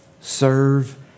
Serve